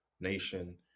Nation